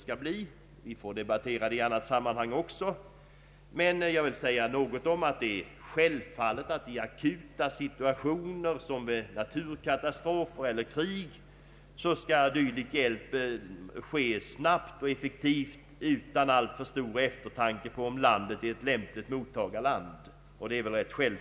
Den frågan kommer vi ju att få diskutera också i annat sammanhang. Det är självklart att i akuta situationer såsom vid naturkatastrofer eller krig hjälpen måste ges snabbt och effektivt utan alltför stort beaktande av om landet är ett lämpligt mottagarland.